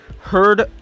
heard